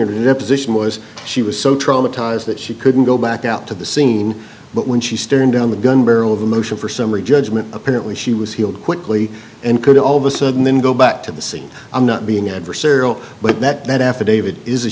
the position was she was so traumatized that she couldn't go back out to the scene but when she staring down the gun barrel of a motion for summary judgment apparently she was healed quickly and could all of a sudden then go back to the scene i'm not being adversarial but that affidavit is a